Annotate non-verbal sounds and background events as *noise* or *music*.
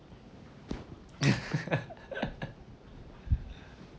*laughs*